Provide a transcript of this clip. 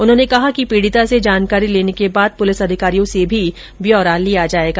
उन्होंने कहा कि पीडिता से जानकारी लेने के बाद पुलिस अधिकारियों से भी ब्यौरा लिया जायेगा